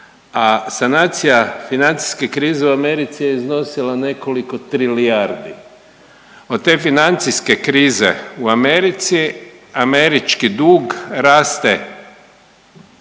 a sanacija financijske krize u Americi je iznosila nekoliko trilijardi. Od te financijske krize u Americi američki dug raste